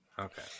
Okay